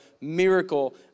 miracle